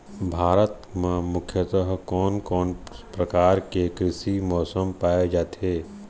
भारत म मुख्यतः कोन कौन प्रकार के कृषि मौसम पाए जाथे?